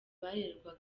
barererwa